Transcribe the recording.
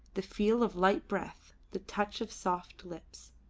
the feel of light breath, the touch of soft lips.